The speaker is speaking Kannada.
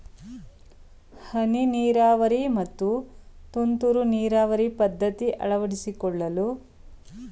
ಹನಿ ನೀರಾವರಿ ಮತ್ತು ತುಂತುರು ನೀರಾವರಿ ಪದ್ಧತಿ ಅಳವಡಿಸಿಕೊಳ್ಳಲು ಸರ್ಕಾರದಿಂದ ಸಹಾಯಧನದ ಸೌಲಭ್ಯವಿದೆಯೇ?